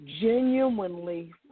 genuinely